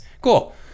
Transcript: Cool